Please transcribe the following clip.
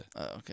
okay